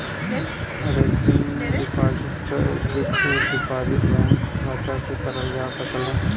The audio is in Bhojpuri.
रेकरिंग डिपाजिट क फिक्स्ड डिपाजिट बैंक शाखा से करल जा सकला